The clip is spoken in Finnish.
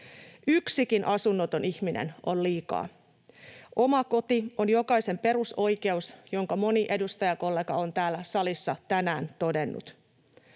Yksikin asunnoton ihminen on liikaa. Oma koti on jokaisen perusoikeus, minkä moni edustajakollega on täällä salissa tänään todennut.